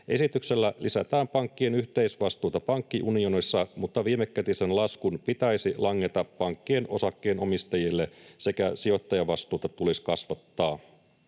Esityksellä lisätään pankkien yhteisvastuuta pankkiunionissa, mutta viimekätisen laskun pitäisi langeta pankkien osakkeenomistajille sekä sijoittajavastuuta tulisi kasvattaa.